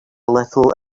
little